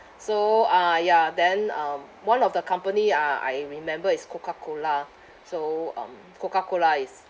so ah ya then um one of the company uh I remember is coca cola so um coca cola is